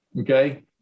Okay